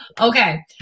Okay